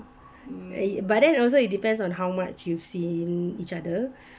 but then also it depends on how much you see each other